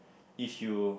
if you